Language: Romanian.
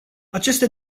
aceste